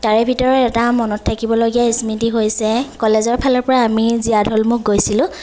তাৰে ভিতৰত এটা মনত থাকিবলগীয়া স্মৃতি হৈছে কলেজৰ ফালৰ পৰা আমি জীয়াঢলমুখ গৈছিলোঁ